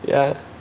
yeah